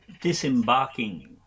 disembarking